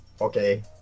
okay